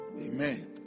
Amen